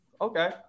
okay